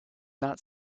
not